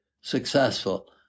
successful